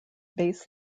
bass